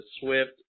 swift